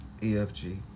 EFG